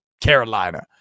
carolina